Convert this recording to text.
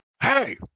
Hey